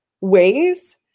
ways